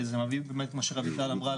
וזה מביא למה שרויטל אמרה,